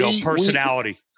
personality